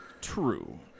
true